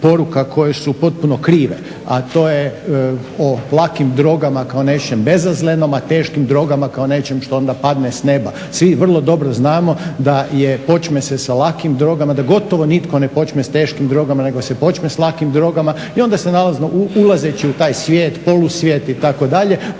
poruka koje su potpuno krive, a to je o lakim drogama kao nečem bezazlenom, a teškim drogama kao nečem što onda padne s neba. Svi dobro znamo da je, počne se sa lakim drogama, da gotovo nitko ne počne s teškim drogama, nego se počne s lakim drogama i onda se naravno ulazeći u taj svijet, polusvijet itd.